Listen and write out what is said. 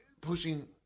pushing